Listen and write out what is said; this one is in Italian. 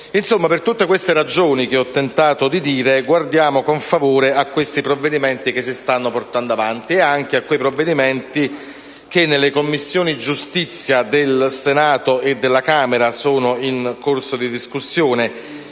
Insomma, per tutte queste ragioni che ho tentato di dire, guardiamo con favore a questi provvedimenti che si stanno portando avanti e anche a quelli che nelle Commissioni giustizia di Senato e Camera sono in corso di discussione